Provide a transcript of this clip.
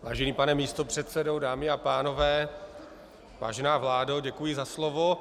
Vážený pane místopředsedo, dámy a pánové, vážená vládo, děkuji za slovo.